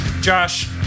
Josh